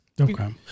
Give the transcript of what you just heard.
Okay